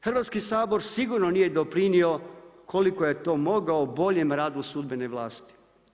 Hrvatski sabor sigurno nije doprinio koliko je to mogao boljem radu sudbene vlasti.